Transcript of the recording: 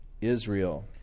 Israel